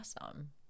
awesome